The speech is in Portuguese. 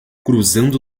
cruzando